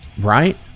Right